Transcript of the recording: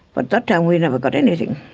but that time we never got anything.